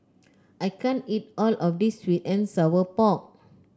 I can't eat all of this sweet and Sour Pork